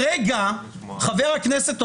חבר הכנסת אוחנה,